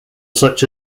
such